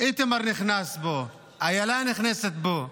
איתמר נכנס בו, אילה נכנסת בו.